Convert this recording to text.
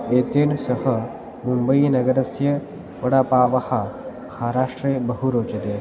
एतेन सह मुम्बैनगरस्य वडपावः महाराष्ट्रे बहु रोचते